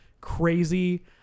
crazy